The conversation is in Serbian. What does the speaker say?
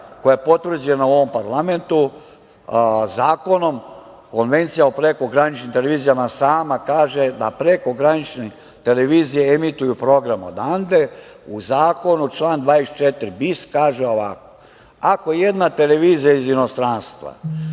koja je potvrđena u ovom parlamentu zakonom, Konvencija o prekograničnim televizijama sama kaže da prekogranične televizije emituju program odande u zakonu član 24. kaže ovako – ako jedna televizija iz inostranstva